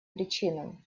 причинам